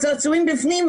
הצעצועים בפנים,